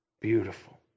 Beautiful